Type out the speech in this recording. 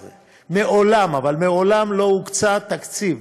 2017. מעולם, אבל מעולם, לא הוקצה תקציב